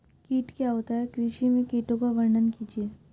कीट क्या होता है कृषि में कीटों का वर्णन कीजिए?